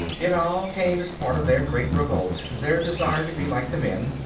it all came as part of their great revolt, their desire to be like the men.